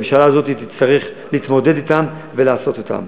הממשלה הזאת תצטרך להתמודד אתם ולעשות אותם.